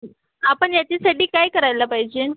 आपण याच्यासाठी काय करायला पाहिजे